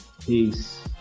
Peace